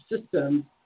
system